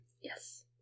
Yes